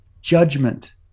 judgment